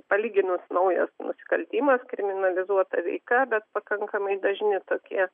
palyginus naujas nusikaltimas kriminalizuota veika bet pakankamai dažni tokie